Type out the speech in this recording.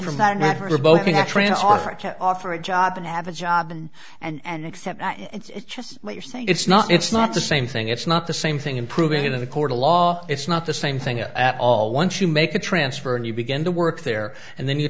to offer a job and have a job and and accept that it's just what you're saying it's not it's not the same thing it's not the same thing improving in the court of law it's not the same thing at all once you make a transfer and you begin to work there and then you